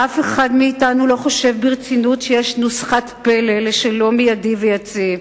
אף אחד מאתנו לא חושב ברצינות שיש נוסחת פלא לשלום מיידי ויציב,